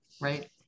Right